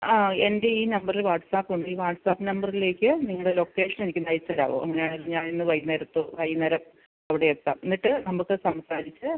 ആ എന്റെ ഈ നമ്പർല് വാട്ട്സപ്പുണ്ട് ഈ വാട്ട്സപ് നമ്പരിലേക്ക് നിങ്ങളുടെ ലൊക്കേഷൻ എനിക്കൊന്ന് അയച്ച് തരാമോ അങ്ങനെയാണെങ്കിൽ ഞാൻ ഇന്ന് വൈകുന്നേരത്ത് വൈകുന്നേരം അവിടെ എത്താം എന്നിട്ട് നമുക്ക് സംസാരിച്ച്